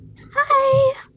Hi